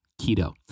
keto